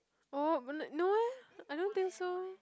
oh but n~ no eh I don't think so